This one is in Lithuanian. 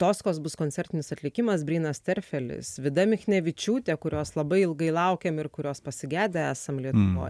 toskos bus koncertinis atlikimas breinas terfelis vida miknevičiūtė kurios labai ilgai laukėm ir kurios pasigedę esame lietuvoj